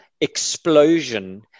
explosion